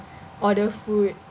order food